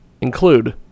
include